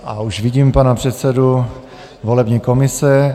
A už vidím pana předsedu volební komise.